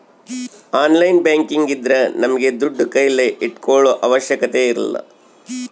online banking ಇದ್ರ ನಮ್ಗೆ ದುಡ್ಡು ಕೈಲಿ ಇಟ್ಕೊಳೋ ಅವಶ್ಯಕತೆ ಇರಲ್ಲ